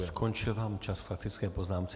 Skončil vám čas k faktické poznámce.